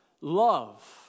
love